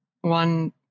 one